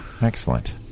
Excellent